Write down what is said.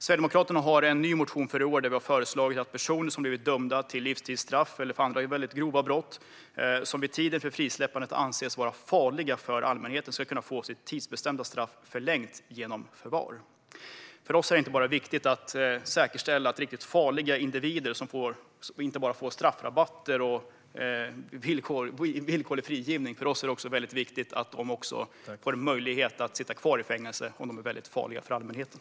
Sverigedemokraterna har i en ny motion i år föreslagit att personer som blivit dömda till livstidsstraff eller för väldigt grova brott och som vid tiden för frisläppandet anses vara farliga för allmänheten ska kunna få sitt tidsbestämda straff förlängt genom förvar. För oss är det inte bara viktigt att säkerställa att farliga individer inte får straffrabatter eller villkorlig frigivning - för oss är det också viktigt att det finns möjlighet att hålla dem kvar i fängelse om de är farliga för allmänheten.